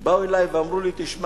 באו אלי ואמרו לי: שמע,